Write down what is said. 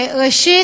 ראשית,